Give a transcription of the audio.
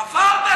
חפרת לנו.